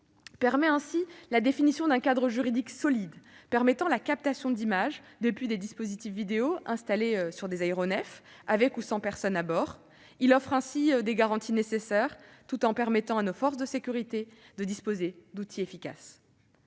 permet ainsi la définition d'un cadre juridique solide, autorisant la captation d'images depuis des dispositifs vidéo installés sur des aéronefs, avec ou sans personne à bord. Il offre ainsi les garanties nécessaires, tout en permettant à nos forces de sécurité de disposer d'outils efficaces.